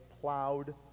plowed